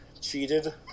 cheated